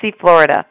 Florida